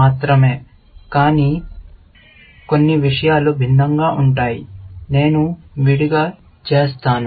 మాత్రమే కొన్ని విషయాలు భిన్నంగా ఉంటాయి నేను విడిగా చేస్తాను ముఖ్యంగా